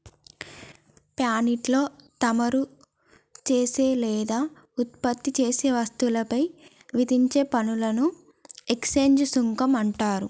పాన్ట్రీలో తమరు చేసే లేదా ఉత్పత్తి చేసే వస్తువులపై విధించే పనులను ఎక్స్చేంజ్ సుంకం అంటారు